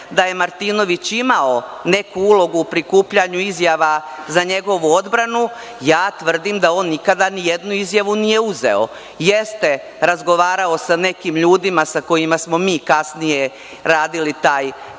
da je Martinović imao neku ulogu u prikupljanju izjava za njegovu odbranu, ja tvrdim da on nikada nijednu izjavu nije uzeo. Jeste razgovarao sa nekim ljudima sa kojima smo mi kasnije radili taj pravni